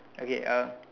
okay uh